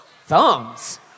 Thumbs